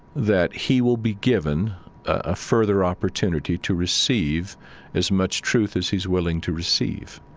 that he will be given a further opportunity to receive as much truth as he's willing to receive,